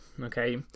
Okay